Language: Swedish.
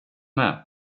med